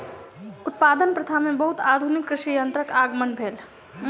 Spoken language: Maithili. उत्पादन प्रथा में बहुत आधुनिक कृषि यंत्रक आगमन भेल